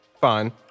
fine